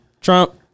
Trump